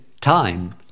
time